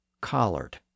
collard